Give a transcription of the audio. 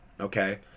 okay